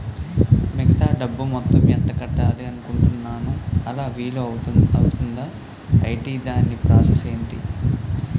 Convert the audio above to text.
మిగతా డబ్బు మొత్తం ఎంత కట్టాలి అనుకుంటున్నాను అలా వీలు అవ్తుంధా? ఐటీ దాని ప్రాసెస్ ఎంటి?